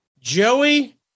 Joey